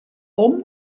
hom